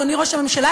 אדוני ראש הממשלה,